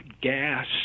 gas